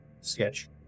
sketch